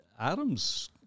Adams